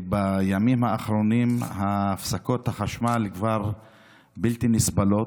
שבימים האחרונים הפסקות החשמל כבר בלתי נסבלות,